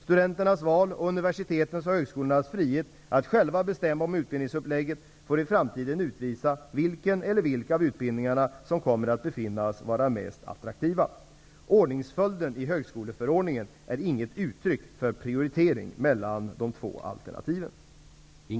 Studenternas val och universitetens och högskolornas frihet att själva bestämma om utbildningsupplägget får i framtiden utvisa vilken eller vilka av utbildningarna som kommer att befinnas vara mest attraktiva. Ordningsföljden i högskoleförordningen är inget uttryck för prioritering mellan de två alternativen.